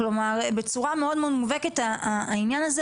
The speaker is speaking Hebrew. כלומר בצורה מאוד מאוד מובהקת העניין הזה